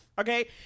Okay